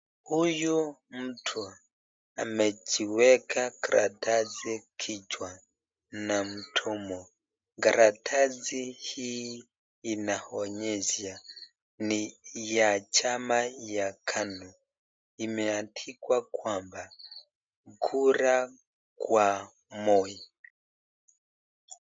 Huyu mtu amejiweka karatasi kichwa na mdomo, karatasi hii inaonyesha ni ya chama ya KANU, imeandikwa kwamba kura kwa Moi.